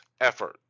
effort